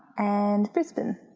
and brisbane.